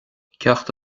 ceacht